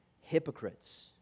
hypocrites